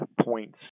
points